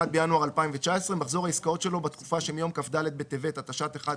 בינואר 2019) מחזור העסקאות שלו בתקופה שמיום כ"ד בטבת התשע"ט (1